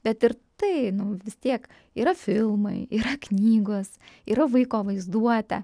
bet ir tai nu vis tiek yra filmai yra knygos yra vaiko vaizduotė